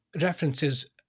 references